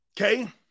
Okay